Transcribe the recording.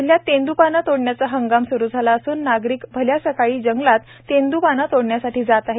जिल्ह्यात तेंदुपाने तोडण्याचा हंगाम सुरु झाला असून नागरिक भल्या सकाळी जंगलात तेंदूपाने तोडण्यासाठी जात आहेत